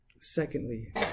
Secondly